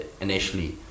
initially